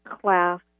class